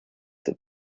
have